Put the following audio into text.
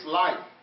life